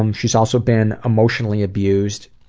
um she's also been emotionally abused.